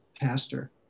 pastor